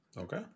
Okay